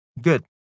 Good